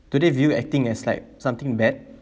do they view acting as like something bad